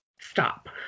stop